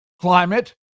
climate